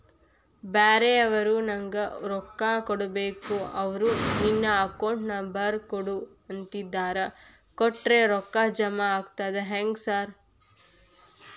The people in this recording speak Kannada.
ಬ್ಯಾರೆವರು ನಂಗ್ ರೊಕ್ಕಾ ಕೊಡ್ಬೇಕು ಅವ್ರು ನಿನ್ ಅಕೌಂಟ್ ನಂಬರ್ ಕೊಡು ಅಂತಿದ್ದಾರ ಕೊಟ್ರೆ ರೊಕ್ಕ ಜಮಾ ಆಗ್ತದಾ ಹೆಂಗ್ ಸಾರ್?